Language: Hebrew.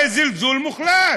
זה זלזול מוחלט.